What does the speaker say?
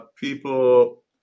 People